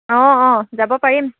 অঁ অঁ যাব পাৰিম